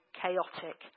chaotic